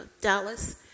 Dallas